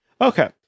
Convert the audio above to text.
okay